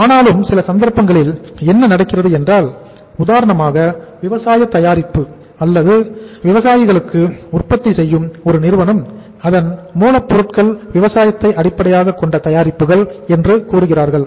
ஆனாலும் சில சந்தர்ப்பங்களில் என்ன நடக்கிறது என்றால் உதாரணமாக விவசாய தயாரிப்பு அல்லது விவசாயிகளுக்கு உற்பத்தி செய்யும் ஒரு நிறுவனம் அதன் மூலப்பொருட்கள் விவசாயத்தை அடிப்படையாகக் கொண்ட தயாரிப்புகள் என்று கூறுகிறார்கள்